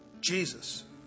Jesus